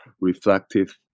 reflective